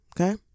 Okay